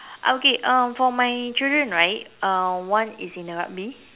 okay um for my children right uh one is in the rugby